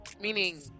meaning